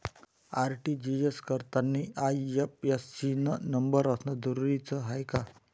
RTGS करतांनी IFSC न number असनं जरुरीच हाय का?